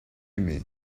aimés